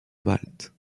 malte